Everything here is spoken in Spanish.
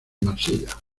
marsella